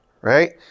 Right